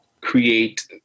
create